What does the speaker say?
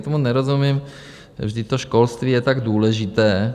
Tomu nerozumím, vždyť školství je tak důležité.